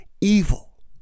evil